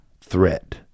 threat